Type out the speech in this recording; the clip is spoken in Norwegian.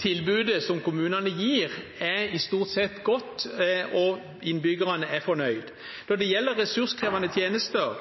tilbudet som kommunene gir, stort sett er godt, og innbyggerne er fornøyd. Når det gjelder ressurskrevende tjenester,